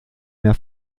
mehr